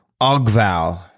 AugVal